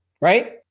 right